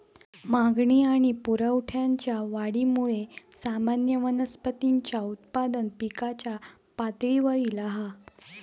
मागणी आणि पुरवठ्याच्या वाढीमुळा सामान्य वनस्पतींचा उत्पादन पिकाच्या पातळीवर ईला हा